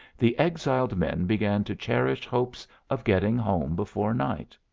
the exiled men began to cherish hopes of getting home before night.